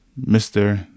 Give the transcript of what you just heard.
mr